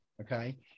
Okay